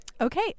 Okay